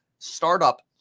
Startup